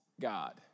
God